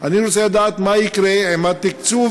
אני רוצה לדעת מה יקרה עם התקצוב